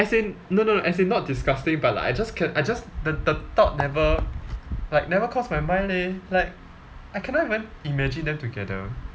as in no no no as in not disgusting but like I just can~ I just the the thought never like never cross my mind leh like I cannot even imagine them together